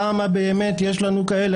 כמה באמת יש לנו כאלה?